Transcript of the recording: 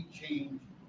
change